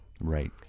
Right